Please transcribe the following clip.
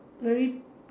very